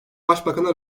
başbakana